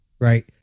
right